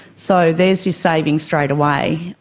so there's your savings straight away.